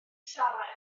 sarra